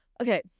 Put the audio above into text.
Okay